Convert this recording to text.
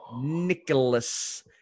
nicholas